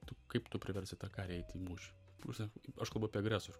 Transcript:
tu kaip tu priversi tą karį eiti į mūšį pusė aš kalbu apie agresorių